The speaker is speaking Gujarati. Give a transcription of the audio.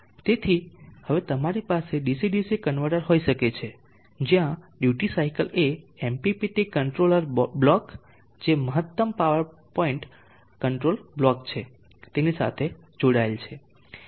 તેથી હવે તમારી પાસે DC DC કન્વર્ટર હોઈ શકે છે જ્યાં ડ્યુટી સાયકલ એ MPPT કંટ્રોલર બ્લોક જે મહત્તમ પાવર પોઇન્ટ કંટ્રોલા બ્લોક છે તેની સાથે જોડાયેલ છે